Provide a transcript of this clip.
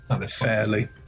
Fairly